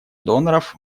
доноров